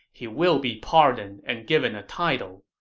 he will be pardoned and given a title.